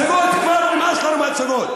הצגות, כבר נמאס לנו מהצגות.